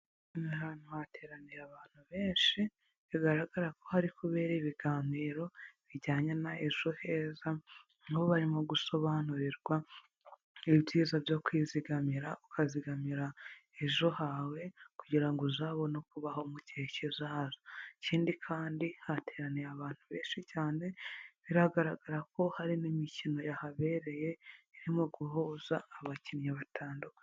Ahantu hateraniye abantu benshi, bigaragara ko hari kubera ibiganiro, bijyanye na ejo heza, aho barimo gusobanurirwa ibyiza byo kwizigamira ukazigamira ejo hawe, kugira ngo uzabone kubaho mu gihe kizaza, ikindi kandi hateraniye abantu benshi cyane, biragaragara ko hari n'imikino yahabereye, irimo guhuza abakinnyi batandukanye.